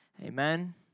Amen